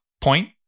point